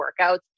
workouts